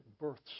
births